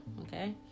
okay